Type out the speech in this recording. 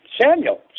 Samuel